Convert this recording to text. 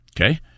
okay